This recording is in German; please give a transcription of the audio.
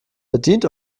bedient